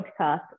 podcast